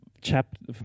Chapter